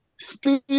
speed